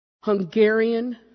Hungarian